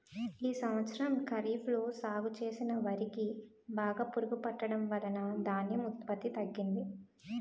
ఈ సంవత్సరం ఖరీఫ్ లో సాగు చేసిన వరి కి బాగా పురుగు పట్టడం వలన ధాన్యం ఉత్పత్తి తగ్గింది